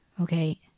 Okay